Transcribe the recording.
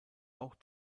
auch